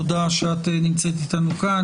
תודה שאת נמצאת איתנו כאן.